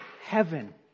heaven